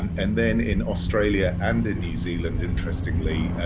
and and then in australia and in new zealand interestingly,